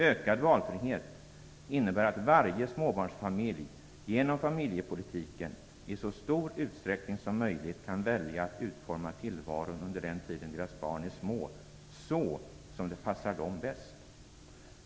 Ökad valfrihet innebär att varje småbarnsfamilj genom familjepolitiken, i så stor utsträckning som möjligt, kan välja att utforma tillvaron under den tiden deras barn är små så som det bäst passar dem.